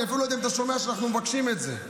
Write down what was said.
אני אפילו לא יודע אם אתה שומע שאנחנו מבקשים את זה.